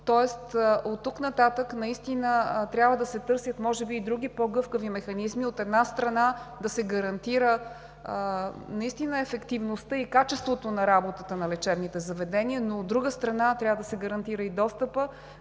Тоест оттук нататък наистина трябва да се търсят може би и други по-гъвкави механизми. От една страна, да се гарантира наистина ефективността и качеството на работата на лечебните заведения, но, от друга страна, трябва да се гарантира и достъпът.